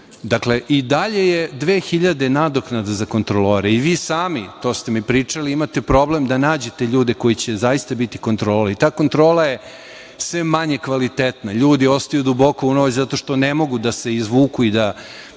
Dakle, i dalje je 2.000 nadoknada za kontrolore. Vi sami, to ste mi pričali, imate problem da nađete ljude koji će zaista biti kontrolori. Ta kontrola je sve manje kvalitetna, ljudi ostaju duboko u noć zato što ne mogu da se izvuku i da